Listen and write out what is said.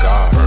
God